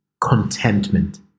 contentment